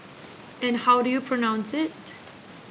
and how do you pronounce it